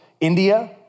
India